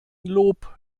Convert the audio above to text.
lob